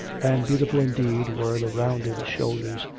and beautiful indeed were the rounded shoulders,